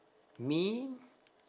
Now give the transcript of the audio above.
me